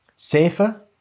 safer